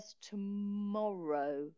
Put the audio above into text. tomorrow